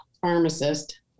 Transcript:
pharmacist